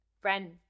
Friend